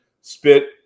spit